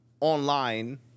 online